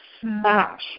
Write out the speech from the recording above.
smash